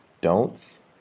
don'ts